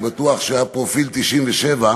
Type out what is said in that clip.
אני בטוח שהיה פרופיל 97,